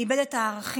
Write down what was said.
איבד את הערכים,